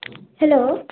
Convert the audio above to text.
hello